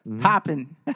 popping